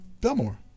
Belmore